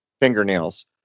fingernails